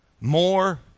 more